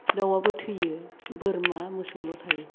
दाउआबो थैयो बोरमा मोसौल' थायो